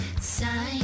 Sign